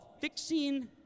fixing